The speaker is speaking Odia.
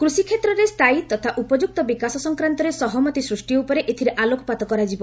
କୃଷିକ୍ଷେତ୍ରରେ ସ୍ଥାୟୀ ତଥା ଉପଯୁକ୍ତ ବିକାଶ ସଂକ୍ରାନ୍ତରେ ସହମତି ସୃଷ୍ଟି ଉପରେ ଏଥିରେ ଆଲୋକପାତ କରାଯିବ